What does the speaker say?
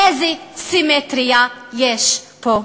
איזו סימטריה יש פה?